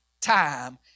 time